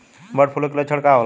Bird flu के लक्षण का होला?